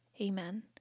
Amen